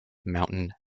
mountain